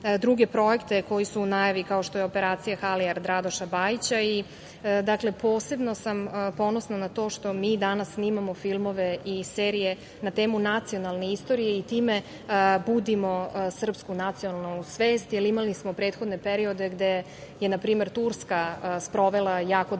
druge projekte koji su u najavi, kao što je „Operacija Halijer“ od Radoša Bajića. Dakle, posebno sam ponosna na to što mi danas snimamo filmove i serije na temu nacionalne istorije i time budimo srpsku nacionalnu svest, jer smo imali prethodne periode gde je npr. Turska sprovela jako dobar